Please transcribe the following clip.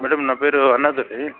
madam నా పేరు హరినాద్ అండి